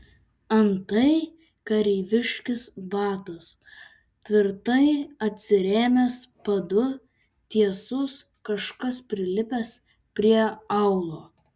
antai kareiviškas batas tvirtai atsirėmęs padu tiesus kažkas prilipęs prie aulo